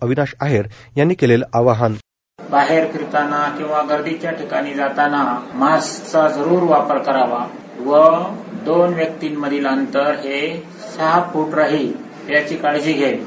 अविनाश आहेर यांनी केलेले आवाहन बाहेर फिरतांना किंवा गर्दीच्या ठिकाणी जातांना मास्कचा जरूर वापर करावा व दोन व्यक्तिंमधील अंतर हे सहा फ्ट राहील याची काळजी घ्यावी